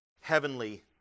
Heavenly